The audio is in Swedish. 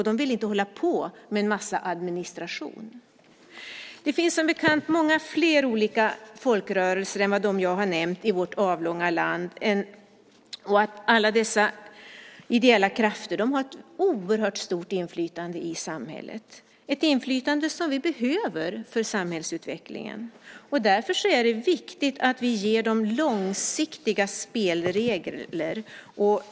De vill inte hålla på med en massa administration. Det finns som bekant många fler olika folkrörelser i vårt avlånga land än de som jag har nämnt. Alla dessa ideella krafter har ett oerhört stort inflytande i samhället, ett inflytande som vi behöver för samhällsutvecklingen. Därför är det viktigt att vi ger dem långsiktiga spelregler.